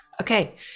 okay